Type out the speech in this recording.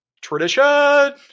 tradition